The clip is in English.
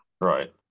right